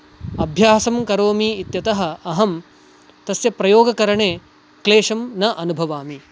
अभ्यासं करोमि इत्यतः अहं तस्य प्रयोगकरणे क्लेशं न अनुभवामि